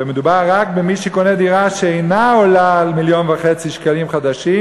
ומדובר רק במי שקונה דירה שאינה עולה יותר ממיליון וחצי שקלים חדשים,